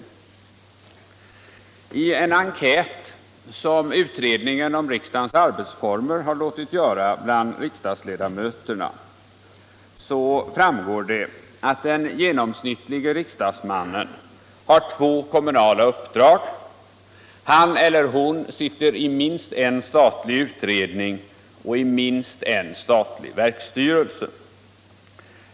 Av en enkät, som utredningen om riksdagens arbetsformer har låtit göra bland riksdagsledamöterna, framgår att den genomsnittlige riksdagsmannen har två kommunala uppdrag. Han eller hon sitter i minst en statlig utredning och i minst en statlig verksstyrelse.